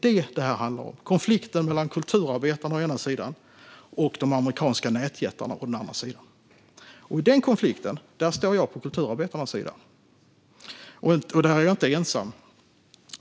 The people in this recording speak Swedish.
Det handlar om konflikten mellan kulturarbetarna på den ena sidan och de amerikanska nätjättarna på den andra sidan. I den konflikten står jag på kulturarbetarnas sida, och där är jag inte ensam.